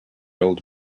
old